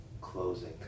closing